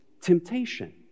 temptation